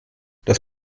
das